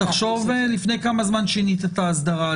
תחשוב לפני כמה זמן שיניתם את האסדרה.